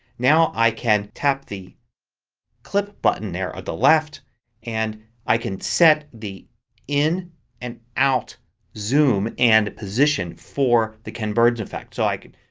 now i can tap the clip button there at the left and i can set the in and out zoom and position for the ken burns effect. so i can,